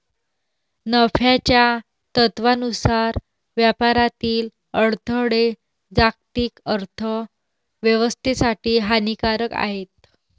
नफ्याच्या तत्त्वानुसार व्यापारातील अडथळे जागतिक अर्थ व्यवस्थेसाठी हानिकारक आहेत